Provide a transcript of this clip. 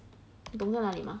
你懂在哪里吗